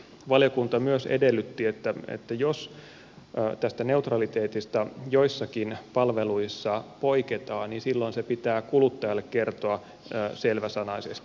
valiokunta myös edellytti että jos tästä neutraliteetista joissakin palveluissa poiketaan niin silloin se pitää kuluttajalle kertoa selväsanaisesti